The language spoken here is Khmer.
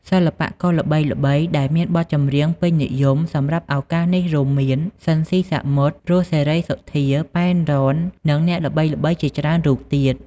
សិល្បករល្បីៗដែលមានបទចម្រៀងពេញនិយមសម្រាប់ឱកាសនេះរួមមាន ស៊ីន ស៊ីសាមុត រស់ សេរីសុទ្ធា ប៉ែន រ៉ន និងអ្នកល្បីៗជាច្រើនរូបទៀត។